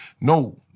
no